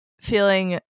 feeling